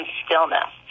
stillness